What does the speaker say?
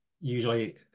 usually